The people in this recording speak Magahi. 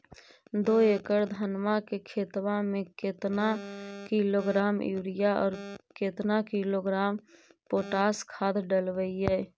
दो एकड़ धनमा के खेतबा में केतना किलोग्राम युरिया और केतना किलोग्राम पोटास खाद डलबई?